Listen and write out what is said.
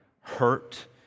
hurt